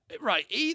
Right